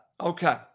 Okay